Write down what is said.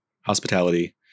hospitality